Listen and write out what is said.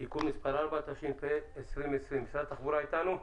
(תיקון מס' 4), התשפ"א 2020. משרד התחבורה איתנו?